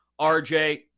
RJ